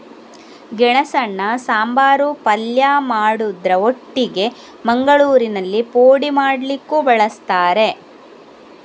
ಗೆಣಸನ್ನ ಸಾಂಬಾರು, ಪಲ್ಯ ಮಾಡುದ್ರ ಒಟ್ಟಿಗೆ ಮಂಗಳೂರಿನಲ್ಲಿ ಪೋಡಿ ಮಾಡ್ಲಿಕ್ಕೂ ಬಳಸ್ತಾರೆ